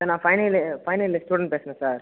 sir நான் final year final year student பேசுகிறேன் sir